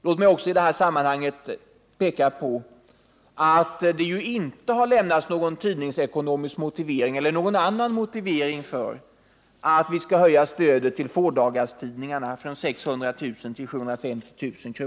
Låt mig också i detta sammanhang peka på att det inte lämnats någon tidningsekonomisk motivering eller någon annan motivering för en höjning av stödet till fådagarstidningarna från 600 000 kr. till 750 000 kr.